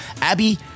Abby